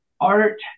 art